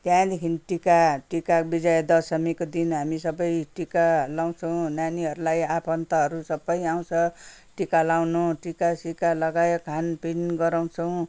त्यहाँदेखि टिका टिका विजया दशमीको दिन हामी सबै टिका लगाउँछौँ नानीहरूलाई आफन्ताहरू सबै आउँछ टिका लगाउनु टिकासिका लगायो खानपिन गराउँछौँ